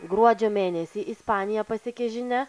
gruodžio mėnesį ispaniją pasiekė žinia